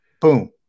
Boom